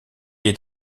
est